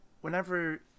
whenever